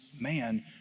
man